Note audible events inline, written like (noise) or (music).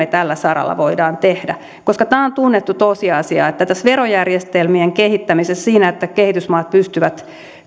(unintelligible) tällä saralla voimme tehdä koska tämä on tunnettu tosiasia että tällä verojärjestelmien kehittämisellä sillä että kehitysmaat pystyvät